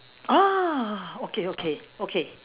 oh okay okay okay